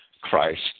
Christ